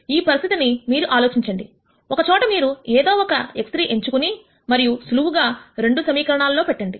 ఈ పరిస్థితిని మీరు ఆలోచించండి ఒక చోట మీరు ఏదో ఒక x3 ఎంచుకొని మరియు సులువుగా రెండు సమీకరణాల్లో పెట్టండి